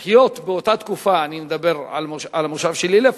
לחיות באותה תקופה, אני מדבר על המושב שלי לפחות,